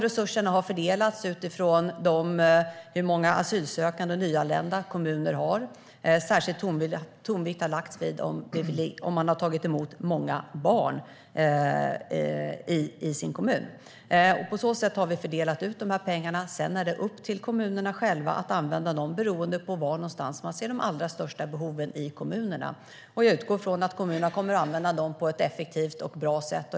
Resurserna har fördelats utifrån hur många nyanlända asylsökande kommunerna har. Särskild tonvikt har lagts vid om man har tagit emot många barn i kommunen. På så sätt har vi fördelat pengarna. Sedan är det upp till kommunerna själva att använda dem beroende på var man ser de största behoven. Jag utgår från att kommunerna kommer att använda dem på ett effektivt och bra sätt.